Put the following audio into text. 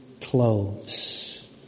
clothes